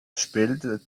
spielte